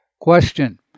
Question